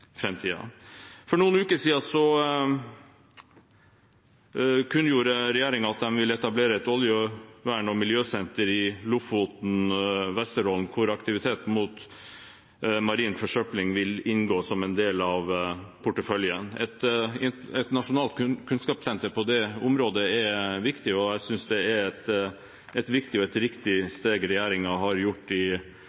For noen uker siden kunngjorde regjeringen at de ville etablere et oljevern- og miljøsenter i Lofoten/Vesterålen, der aktiviteten mot marin forsøpling vil inngå som en del av porteføljen. Et nasjonalt kunnskapssenter på det området er viktig, og jeg synes det er et viktig og riktig